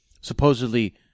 supposedly